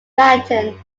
latin